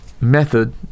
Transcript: method